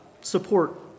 support